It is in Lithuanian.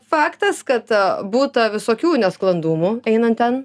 faktas kad būta visokių nesklandumų einant ten